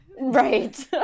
Right